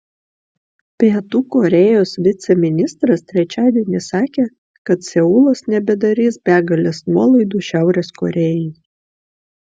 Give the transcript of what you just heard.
pietų korėjos viceministras trečiadienį sakė kad seulas nebedarys begalės nuolaidų šiaurės korėjai